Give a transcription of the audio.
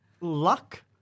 Luck